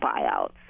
buyouts